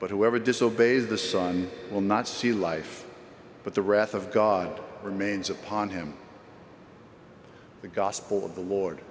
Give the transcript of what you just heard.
but whoever disobeyed the son will not see life but the wrath of god remains upon him the gospel of the lord